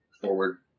forward